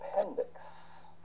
appendix